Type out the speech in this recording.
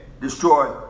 destroy